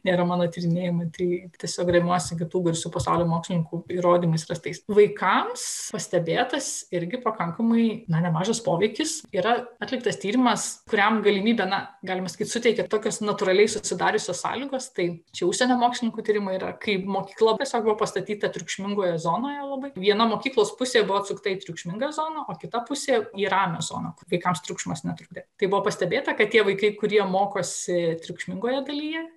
nėra mano tyrinėjimai tai tiesiog remiuosi kitų garsių pasaulio mokslininkų įrodymais rastais vaikams pastebėtas irgi pakankamai na nemažas poveikis yra atliktas tyrimas kuriam galimybę na galima sakyti suteikė tokios natūraliai susidariusios sąlygos tai čia užsienio mokslininkų tyrimai yra kai mokykla tiesiog buvo pastatyta triukšmingoje zonoje labai viena mokyklos pusė buvo atsukta į triukšmingą zoną o kita pusė į ramią zoną vaikams triukšmas netrukdė tai buvo pastebėta kad tie vaikai kurie mokosi triukšmingoje dalyje